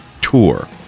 tour